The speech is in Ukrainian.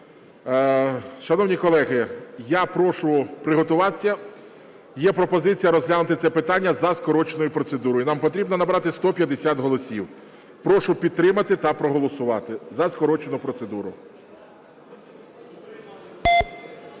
Шановні колеги, я прошу приготуватися, є пропозиція розглянути це питання за скороченою процедурою. Нам потрібно набрати 150 голосів. Прошу підтримати та проголосувати за скорочену процедуру.